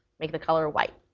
make the color white.